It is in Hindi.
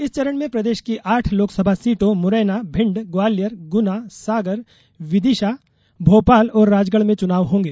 इस चरण में प्रदेश की आठ लोकसभा सीटों मुरैना भिण्ड ग्वालियर गुना सागर विदिशा भोपाल और राजगढ़ में चुनाव होंगे